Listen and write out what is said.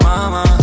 Mama